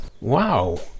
Wow